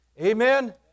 Amen